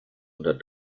unter